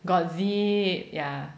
got zip ya